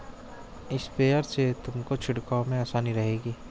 sprayer से तुमको छिड़काव में आसानी रहेगी